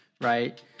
right